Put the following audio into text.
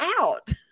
out